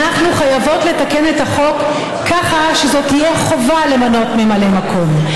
אנחנו חייבות לתקן את החוק ככה שזו תהיה חובה למנות ממלא מקום.